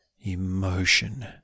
Emotion